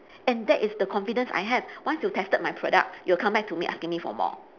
and that is the confidence I have once you tested my products you'll come back asking me for more